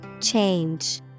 Change